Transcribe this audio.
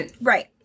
right